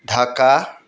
Dhaka